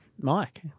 Mike